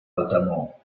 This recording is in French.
notamment